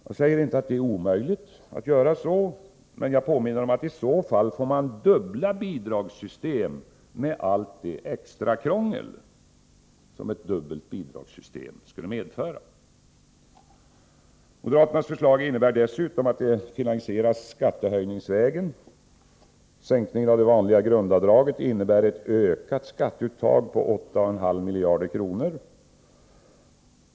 Jag säger inte att det är omöjligt, men jag påminner om att man i så fall får dubbla bidragssystem, med allt det extra krångel som ett dubbelt bidragssystem skulle medföra. Moderaternas förslag innebär dessutom att stödet finansieras skattehöjningsvägen. Sänkningen av det vanliga grundavdraget innebär ett ökat skatteuttag på 8,5 miljarder kronor.